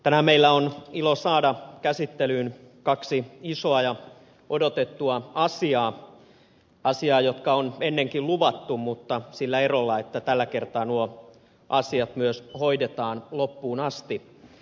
tänään meillä on ilo saada käsittelyyn kaksi isoa ja odotettua asiaa asiaa jotka on ennenkin luvattu mutta sillä erolla että tällä kertaa nuo asiat myös hoidetaan loppuun asti